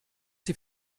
sie